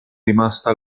rimasta